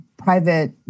private